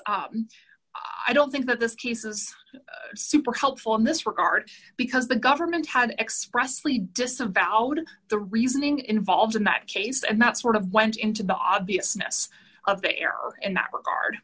chase i don't think that this cases super helpful in this regard because the government had expressly disavowed the reasoning involved in that case and that sort of went into the obviousness of the air and that regard